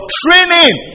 training